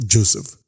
Joseph